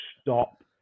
stop